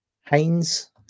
Haynes